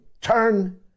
turn